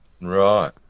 Right